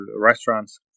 restaurants